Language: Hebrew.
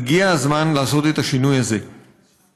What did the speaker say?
הגיע הזמן לעשות את השינוי הזה,